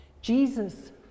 Jesus